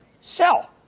sell